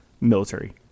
military